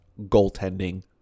goaltending